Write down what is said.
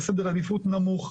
בסדר עדיפות נמוך,